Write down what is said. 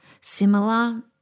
similar